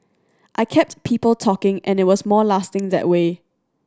I kept people talking and it was more lasting that way